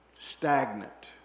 stagnant